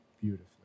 beautifully